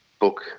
book